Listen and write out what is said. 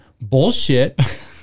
bullshit